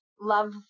love